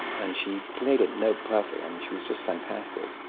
and she played it note perfect. i mean, she was just fantastic.